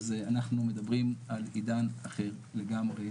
אנחנו מדברים על עידן אחר לגמרי,